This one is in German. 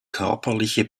körperliche